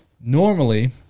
Normally